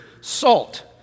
salt